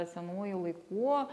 senųjų laikų